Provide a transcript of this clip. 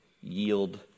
yield